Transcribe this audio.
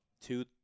Two